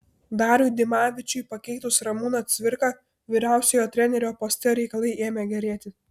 dariui dimavičiui pakeitus ramūną cvirką vyriausiojo trenerio poste reikalai ėmė gerėti